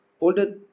older